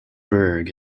berg